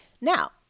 Now